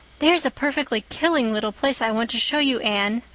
there's a perfectly killing little place i want to show you, anne.